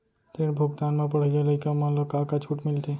ऋण भुगतान म पढ़इया लइका मन ला का का छूट मिलथे?